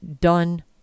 done